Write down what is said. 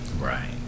Right